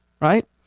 right